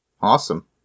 Awesome